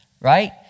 Right